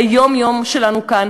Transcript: על היום-יום שלנו כאן.